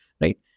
right